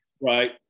Right